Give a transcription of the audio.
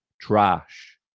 Trash